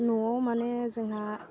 न'वाव माने जोंहा